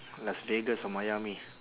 las vegas or miami